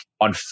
on